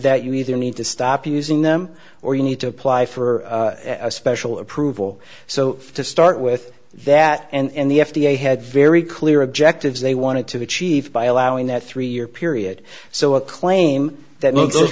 that you either need to stop using them or you need to apply for a special approval so to start with that and the f d a had very clear objectives they wanted to achieve by allowing that three year period so a claim that well those